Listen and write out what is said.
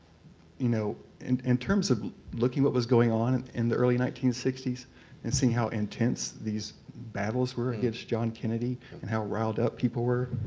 you know and in terms of looking what was going on and in the early nineteen sixty s and seeing how intense these battles were against john kennedy and how riled up people were,